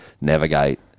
navigate